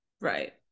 right